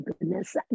goodness